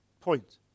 point